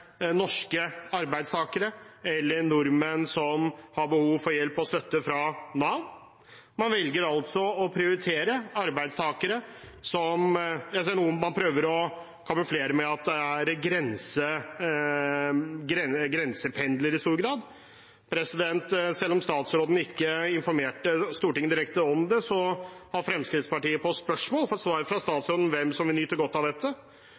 norske arbeidstakere eller nordmenn som har behov for hjelp og støtte fra Nav. Man velger altså å prioritere arbeidstakere som bor i utlandet – jeg ser man prøver å kamuflere det med at det i stor grad er grensependlere. Selv om statsråden ikke informerte Stortinget direkte om det, har Fremskrittspartiet på spørsmål fått svar fra statsråden om hvem som vil nyte godt av dette.